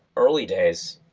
early days,